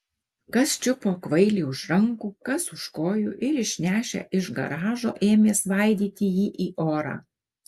kas čiupo kvailį už rankų kas už kojų ir išnešę iš garažo ėmė svaidyti jį į orą